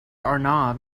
arnav